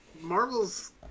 Marvel's